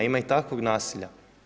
Ima i takvog nasilja.